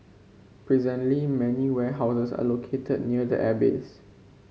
presently many warehouses are located near the airbase